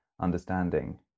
understanding